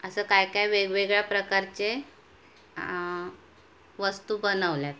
असं काय काय वेगवेगळ्या प्रकारचे वस्तू बनवल्यात